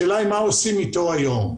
השאלה היא מה עושים איתו היום.